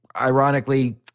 ironically